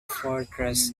fortress